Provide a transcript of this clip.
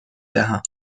دهم